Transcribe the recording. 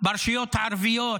ברשויות הערביות,